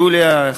יוליה,